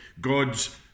god's